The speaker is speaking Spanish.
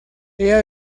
ella